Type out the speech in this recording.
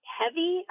heavy